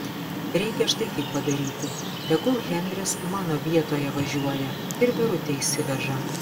reikia štai kaip padaryti tegul henris mano vietoje važiuoja ir verutę išsiveža